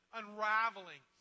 unraveling